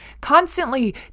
Constantly